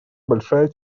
большая